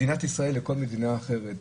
מדינת ישראל לכל מדינה אחרת.